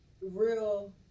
real